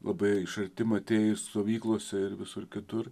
labai iš arti matė stovyklose ir visur kitur